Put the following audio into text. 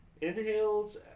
Inhales